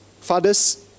Fathers